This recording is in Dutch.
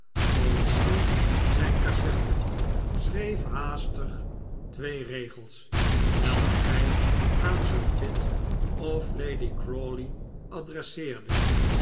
opende zijn cassette schreef haastig twee regels welke hij aan sir pitt of lady crawley adresseerde